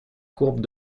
courbe